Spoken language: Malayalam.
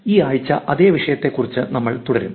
ഈ ആഴ്ച അതേ വിഷയത്തെക്കുറിച്ച് നമ്മൾ തുടരും